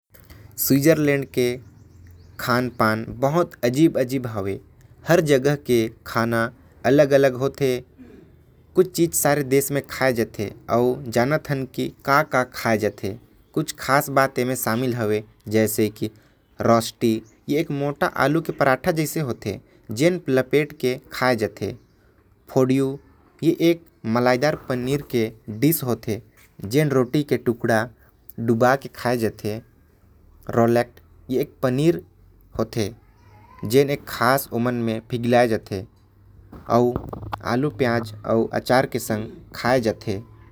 स्विट्ज़रलैंड के खाना अजीब अउ अलग अलग होथे। कुछ खास खाना स्विट्ज़रलैंड के हवे। रॉसटी जो हर एक मोटा आलू के पराठा जैसा होथे। फोडिओ ए एक मलाईदार पनीर के खाना होथे अउ रोलेट जो एक प्रकार के पनीर होथे।